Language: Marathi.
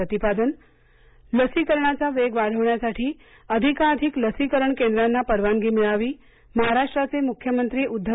प्रतिपादन लसीकरणाचा वेग वाढवण्यासाठी अधिकाधिक लसीकरण केंद्रांना परवानगी मिळावी महाराष्ट्राचे मुख्यमंत्री उद्दव